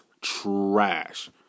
trash